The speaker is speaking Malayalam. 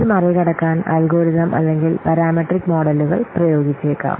ഇത് മറികടക്കാൻ അൽഗോരിതം അല്ലെങ്കിൽ പാരാമെട്രിക് മോഡലുകൾ പ്രയോഗിച്ചേക്കാം